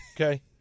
Okay